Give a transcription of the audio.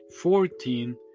fourteen